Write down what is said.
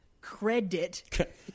Credit